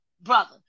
brother